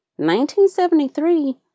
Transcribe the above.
1973